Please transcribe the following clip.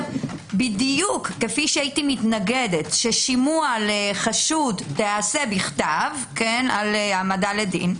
בדיוק כפי שהייתי מתנגדת ששימוע לחשוד תיעשה בכתב על העמדה לדין,